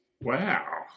Wow